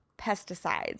pesticides